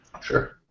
Sure